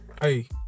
hey